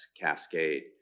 cascade